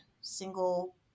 single